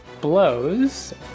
blows